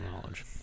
knowledge